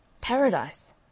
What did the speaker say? Paradise